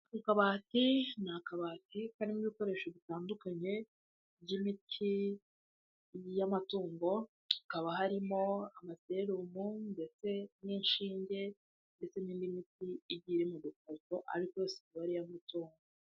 Mu kabati, n'akabati karimo ibikoresho bitandukanye by'imiti y'amatungo, hakaba harimo amaserumo ndetse n'inshinge ndetse n'indi miti igiye iri mudukarito ariko siko yahutu.